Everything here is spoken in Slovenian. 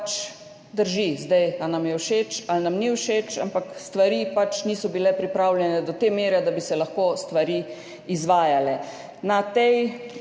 pač drži. Ali nam je všeč ali nam ni všeč, ampak stvari pač niso bile pripravljene do te mere, da bi se lahko stvari izvajale. Na tej